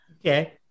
Okay